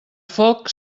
foc